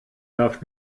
darf